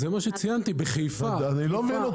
אני לא מבין.